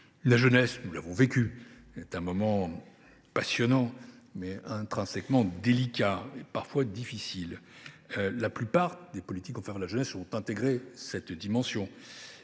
La jeunesse – nous l’avons vécue – est un moment passionnant, mais intrinsèquement délicat et parfois difficile. La plupart des politiques en faveur de la jeunesse ont intégré cette dimension.